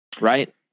Right